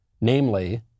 Namely